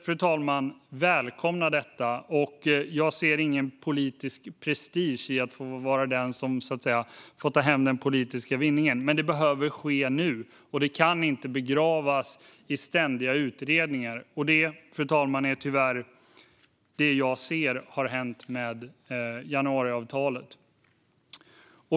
Jag skulle välkomna detta, och jag ser ingen prestige i att vara den som får ta hem en politisk vinst. Detta behöver dock ske nu. Det kan inte begravas i ständiga utredningar. Det är, fru talman, tyvärr vad jag ser har hänt med januariavtalet.